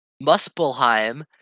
Muspelheim